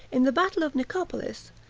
in the battle of nicopolis,